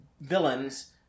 villains